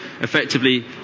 effectively